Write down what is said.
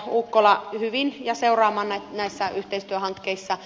ukkola hyvin ja seuraamaan näissä yhteistyöhankkeissa